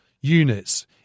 units